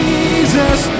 Jesus